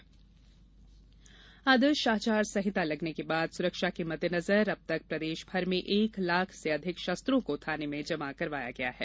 आचार संहिता शस्त्र आदर्श आचरण संहिता लगने के बाद सुरक्षा के मददेनजर अब तक प्रदेश भर में एक लाख से अधिक शस्त्रों को थाने में जमा करवाये गये है